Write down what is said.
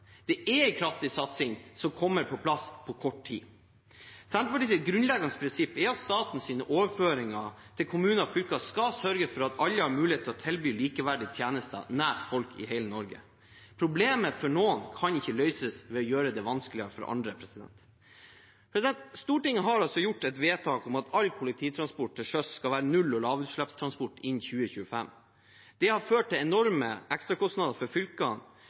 Det er en kraftig satsing som kommer på plass på kort tid. Senterpartiets grunnleggende prinsipp er at statens overføringer til kommuner og fylker skal sørge for at alle har mulighet til å tilby likeverdige tjenester nær folk i hele Norge. Problemet for noen kan ikke løses ved å gjøre det vanskeligere for andre. Stortinget har altså fattet et vedtak om at all kollektivtransport til sjøs skal være null- og lavutslippstransport innen 2025. Det har ført til enorme ekstrakostnader for fylkene,